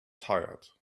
tired